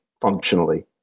functionally